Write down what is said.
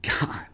God